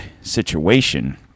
situation